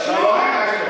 אני רוצה לשמוע את אייכלר.